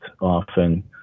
often